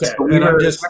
Okay